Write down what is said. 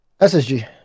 SSG